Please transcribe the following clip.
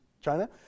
China